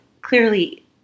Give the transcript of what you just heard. clearly